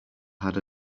had